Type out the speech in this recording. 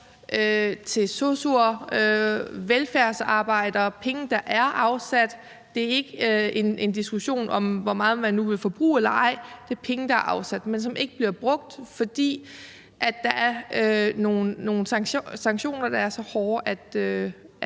til sosu'er, velfærdsarbejdere – penge, der er afsat. Det er ikke en diskussion om, hvor meget man nu vil forbruge eller ej. Det er penge, der er afsat, men som ikke bliver brugt, fordi der er nogle sanktioner, der er så hårde, at